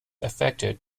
affected